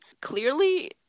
clearly